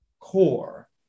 core